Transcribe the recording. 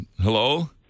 hello